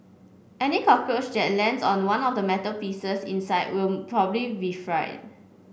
any cockroach that lands on one of the metal pieces inside will probably be fried